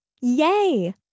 Yay